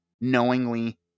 knowingly